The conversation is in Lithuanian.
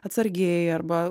atsargiai arba